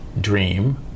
dream